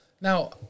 Now